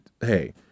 hey